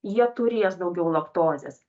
jie turės daugiau laktozės